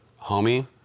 homie